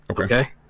Okay